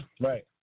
Right